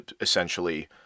essentially